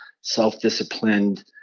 self-disciplined